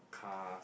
cars